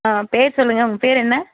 ஆ பேர் சொல்லுங்கள் உங்கள் பேர் என்ன